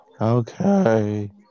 Okay